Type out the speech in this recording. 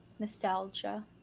Nostalgia